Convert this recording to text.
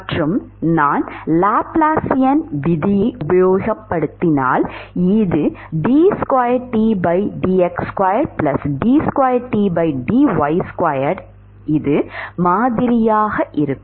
மற்றும் நான் லாப்லாசியன் விதி ஐ உபயோக படுத்தினால் இது d 2T dx 2 d 2T dy 2 இது மாதிரியாக இருக்கும்